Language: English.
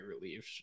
relieved